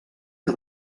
que